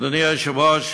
אדוני היושב-ראש,